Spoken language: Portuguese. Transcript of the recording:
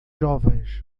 jovens